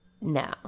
No